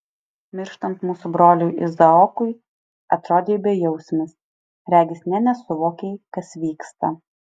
mirštant mūsų broliui izaokui atrodei bejausmis regis nė nesuvokei kas vyksta